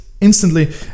instantly